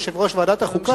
יושב-ראש ועדת החוקה,